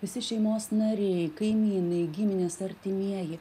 visi šeimos nariai kaimynai giminės artimieji